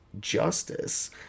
justice